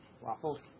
waffles